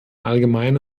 allgemeine